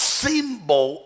symbol